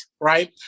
right